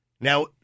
Now